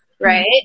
Right